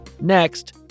Next